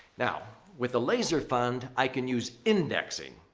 now, with the laser fund, i can use indexing.